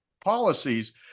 policies